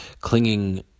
clinging